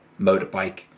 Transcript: motorbike